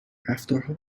رفتارها